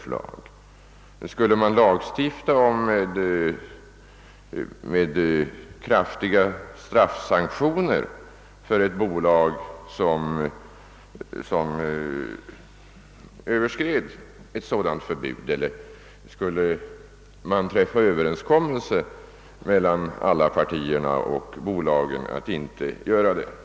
Skulle man lagstifta om saken och införa kraftiga straffsanktioner för ett bolag som överskred ifrågavarande förbud eller skulle man träffa en överenskommelse mellan partierna och bolagen?